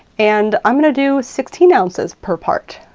and i'm gonna do sixteen ounces per part.